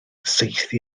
saethu